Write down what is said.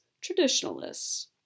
traditionalists